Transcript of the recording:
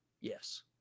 Yes